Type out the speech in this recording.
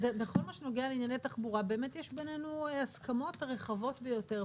אבל בכל מה שנוגע לתחבורה באמת יש בינינו הסכמות רחבות ביותר.